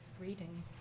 reading